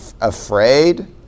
afraid